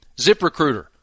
ZipRecruiter